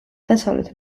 დასავლეთ